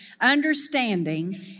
understanding